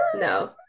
no